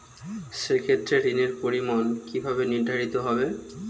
সে ক্ষেত্রে ঋণের পরিমাণ কিভাবে নির্ধারিত হবে?